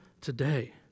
today